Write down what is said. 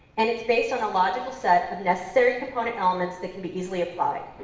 and it's based on a logical set of necessary component elements that can be easily applied.